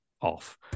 off